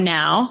now